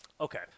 Okay